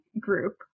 group